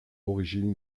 origine